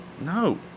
No